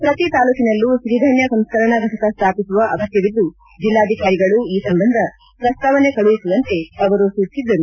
ಪ್ರತಿ ತಾಲೂಕಿನಲ್ಲೂ ಸಿರಿಧಾನ್ಯ ಸಂಸ್ಕರಣಾ ಫಟಕ ಸ್ವಾಪಿಸುವ ಅಗತ್ತವಿದ್ದು ಜಿಲ್ಲಾಧಿಕಾರಿಗಳು ಈ ಸಂಬಂಧ ಪ್ರಸ್ತಾವನೆ ಕಳುಹಿಸುವಂತೆ ಅವರು ಸೂಚಿಸಿದರು